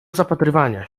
zapatrywania